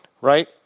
right